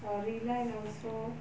storyline also